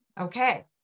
Okay